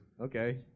Okay